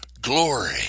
Glory